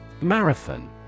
Marathon